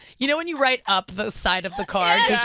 you know when you write up the side of the card